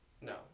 no